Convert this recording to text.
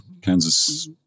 Kansas